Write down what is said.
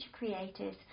creatives